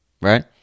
right